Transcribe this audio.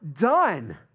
done